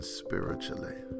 spiritually